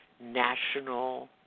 national